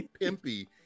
pimpy